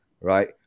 right